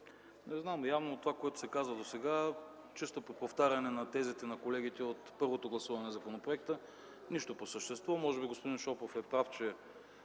Не знам, явно това, което се каза досега, е чисто преповтаряне на тезите на колегите от първото гласуване на законопроекта – нищо по същество. Може би господин Шопов е прав, че